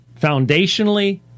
Foundationally